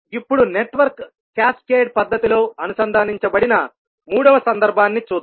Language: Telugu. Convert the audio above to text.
ఇప్పుడు నెట్వర్క్ క్యాస్కేడ్ పద్ధతిలో అనుసంధానించబడిన మూడవ సందర్భాన్ని చూద్దాం